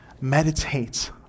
Meditate